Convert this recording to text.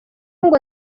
ngo